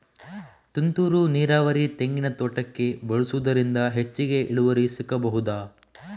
ತುಂತುರು ನೀರಾವರಿ ತೆಂಗಿನ ತೋಟಕ್ಕೆ ಬಳಸುವುದರಿಂದ ಹೆಚ್ಚಿಗೆ ಇಳುವರಿ ಸಿಕ್ಕಬಹುದ?